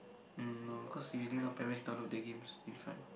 mm no cause usually now parents download their games in front